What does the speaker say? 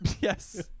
Yes